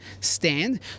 stand